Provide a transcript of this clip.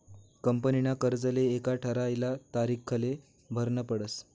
कंपनीना कर्जले एक ठरायल तारीखले भरनं पडस